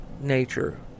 nature